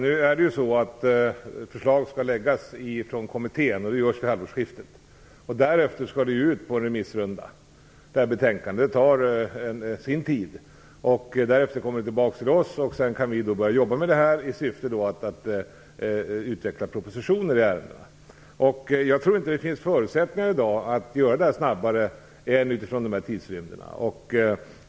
Herr talman! Förslag skall läggas fram av kommittén, och det kommer att ske vid halvårsskiftet. Därefter skall betänkandet ut på en remissrunda, och det tar sin tid. Därefter kommer ärendet tillbaks till regeringen. Då kan vi börja jobba med det i syfte att utveckla propositioner. Jag tror inte att det i dag finns förutsättningar att åstadkomma detta snabbare än utifrån dessa tidsrymder.